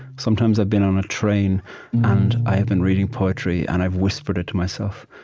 sometimes i've been on a train and i've been reading poetry and i've whispered it to myself.